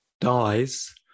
dies